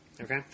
Okay